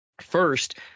First